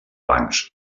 bancs